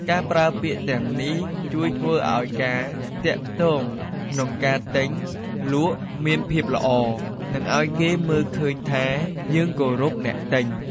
ការប្រើពាក្យទាំងនេះជួយធ្វើឲ្យការទាក់ទងក្នុងការទិញលក់មានភាពល្អ និងអោយគេមើលឃើញថាយើងគោរពអ្នកទិញ។